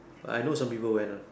but I know some people went lah